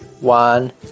one